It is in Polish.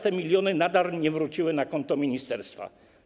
Te miliony nadal nie wróciły na konto ministerstwa.